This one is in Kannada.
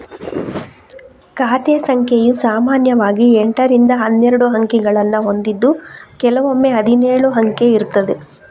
ಖಾತೆ ಸಂಖ್ಯೆಯು ಸಾಮಾನ್ಯವಾಗಿ ಎಂಟರಿಂದ ಹನ್ನೆರಡು ಅಂಕಿಗಳನ್ನ ಹೊಂದಿದ್ದು ಕೆಲವೊಮ್ಮೆ ಹದಿನೇಳು ಅಂಕೆ ಇರ್ತದೆ